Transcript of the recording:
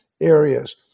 areas